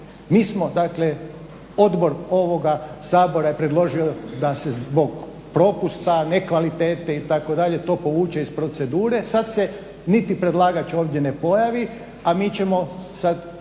Mi smo, dakle Odbor ovoga Sabora je predložio da se zbog propusta, nekvalitete itd. to povuče iz procedure. Sad se niti predlagač ovdje ne pojavi, a mi ćemo sad